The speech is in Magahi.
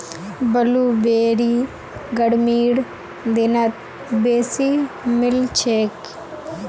ब्लूबेरी गर्मीर दिनत बेसी मिलछेक